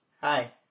Hi